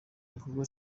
gikorwa